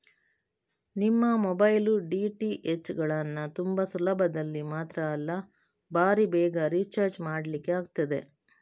ನಿಮ್ಮ mobile, DTH ಗಳನ್ನ ತುಂಬಾ ಸುಲಭದಲ್ಲಿ ಮಾತ್ರ ಅಲ್ಲ ಭಾರೀ ಬೇಗ ರಿಚಾರ್ಜ್ ಮಾಡ್ಲಿಕ್ಕೆ ಆಗ್ತದೆ